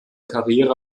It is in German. karriere